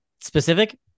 specific